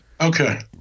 Okay